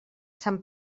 sant